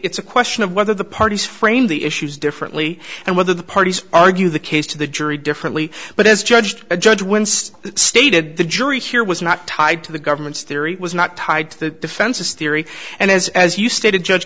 it's a question of whether the parties framed the issues differently and whether the parties argue the case to the jury differently but as judged a judge winston stated the jury here was not tied to the government's theory was not tied to the defense's theory and as as you stated judge